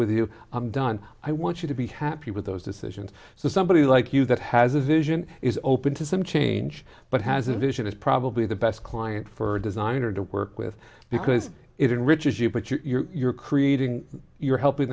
with you i'm done i want you to be happy with those decisions so somebody like you that has a vision is open to some change but has a vision is probably the best client for a designer to work with because it enriches you but you're creating you're helping